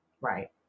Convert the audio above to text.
Right